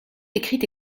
écrite